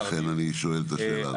לכן אני שואל את השאלה הזו.